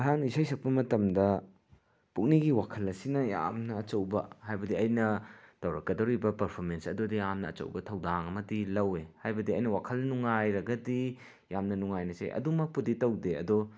ꯑꯩꯍꯥꯛꯅ ꯏꯁꯩ ꯁꯛꯄ ꯃꯇꯝꯗ ꯄꯨꯛꯅꯤꯡꯒꯤ ꯋꯥꯈꯜ ꯑꯁꯤꯅ ꯌꯥꯝꯅ ꯑꯆꯧꯕ ꯍꯥꯏꯕꯗꯤ ꯑꯩꯅ ꯇꯧꯔꯛꯀꯗꯧꯔꯤꯕ ꯄꯔꯐꯣꯔꯃꯦꯟꯁ ꯑꯗꯨꯗ ꯌꯥꯝꯅ ꯑꯆꯧꯕ ꯊꯧꯗꯥꯡ ꯑꯃꯗꯤ ꯂꯧꯋꯦ ꯍꯥꯏꯕꯗꯤ ꯑꯩꯅ ꯋꯥꯈꯜ ꯅꯨꯡꯉꯥꯏꯔꯒꯗꯤ ꯌꯥꯝꯅ ꯅꯨꯡꯉꯥꯏꯅ ꯁꯛꯑꯦ ꯑꯗꯨꯃꯛꯄꯨꯗꯤ ꯇꯧꯗꯦ ꯑꯗꯣ